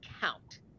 count